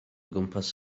gwmpas